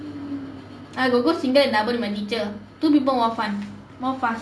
I got go single and double with my teacher two people more fun more fast